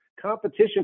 competition